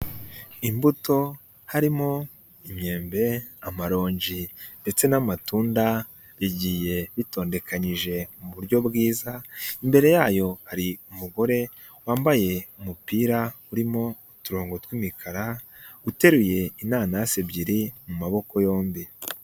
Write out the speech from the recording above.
Imbuto harimo imyembe, amarongi ndetse n'amatunda bigiye bitondekanyije mu buryo bwiza, imbere yayo hari umugore wambaye umupira urimo uturongo tw'imikara, uteruye inanasi ebyiri, mu maboko yombi.